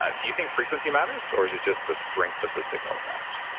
ah do you think frequency matters or is it just the strength of the signal that matters?